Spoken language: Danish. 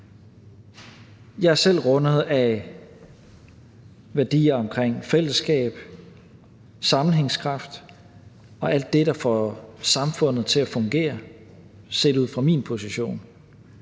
Jeg er selv rundet af værdier om fællesskab, sammenhængskraft og alt det, der får samfundet til at fungere set ud fra min position.